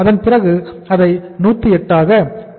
அதன் பிறகு அதை 108 ஆக 10